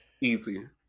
easy